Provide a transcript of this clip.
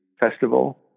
Festival